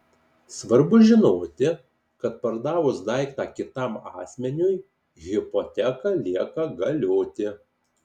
svarbu žinoti kad pardavus daiktą kitam asmeniui hipoteka lieka galioti